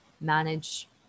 manage